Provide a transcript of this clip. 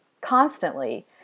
constantly